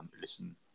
listen